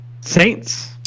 Saints